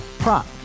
Prop